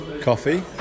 Coffee